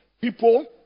people